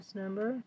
number